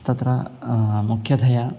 तत्र मुख्यतया